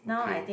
okay